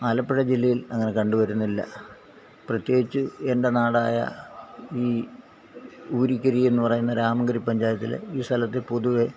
ആലപ്പുഴ ജില്ലയിൽ അങ്ങനെ കണ്ടുവരുന്നില്ല പ്രത്യേകിച്ച് എന്റെ നാടായ ഈ ഊരിക്കരി എന്നു പറയുന്ന രാമഗിരി പഞ്ചായത്തിലെ ഈ സ്ഥലത്ത് പൊതുവെ